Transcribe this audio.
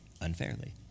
unfairly